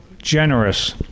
generous